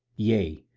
yea,